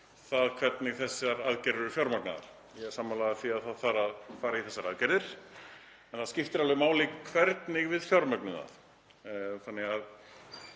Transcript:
það hvernig þessar aðgerðir eru fjármagnaðar. Ég er sammála því að það þarf að fara í þessar aðgerðir en það skiptir máli hvernig við fjármögnum þær. Út